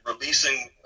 releasing